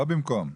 לא במקום.